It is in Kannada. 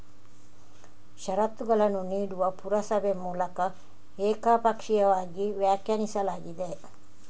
ಷರತ್ತುಗಳನ್ನು ನೀಡುವ ಪುರಸಭೆ ಮೂಲಕ ಏಕಪಕ್ಷೀಯವಾಗಿ ವ್ಯಾಖ್ಯಾನಿಸಲಾಗಿದೆ